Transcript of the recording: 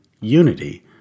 unity